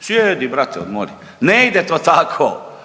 Sjedi brate odmori. Ne ide to tako.